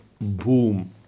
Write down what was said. boom